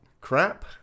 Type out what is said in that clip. Crap